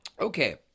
Okay